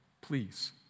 Please